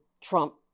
Trump